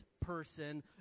person